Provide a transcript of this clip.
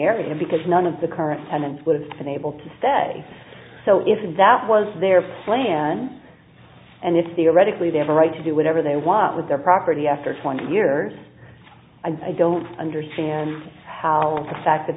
area because none of the current tenants would have been able to stay so if that was their plan and if theoretically they have a right to do whatever they want with their property after twenty years i don't understand how the fact that